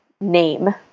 name